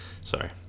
Sorry